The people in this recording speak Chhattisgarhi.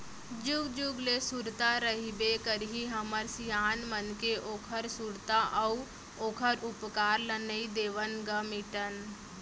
जुग जुग ले सुरता रहिबे करही हमर सियान मन के ओखर सुरता अउ ओखर उपकार ल नइ देवन ग मिटन